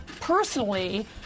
personally